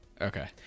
okay